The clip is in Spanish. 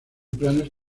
planes